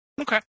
Okay